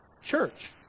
church